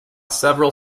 several